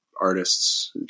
artists